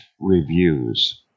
Reviews